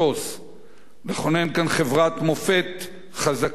נכונן כאן חברת מופת חזקה ופורחת,